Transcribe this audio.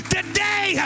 Today